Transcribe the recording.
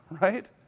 Right